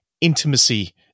intimacy